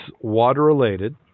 water-related